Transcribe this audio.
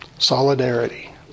Solidarity